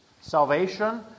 Salvation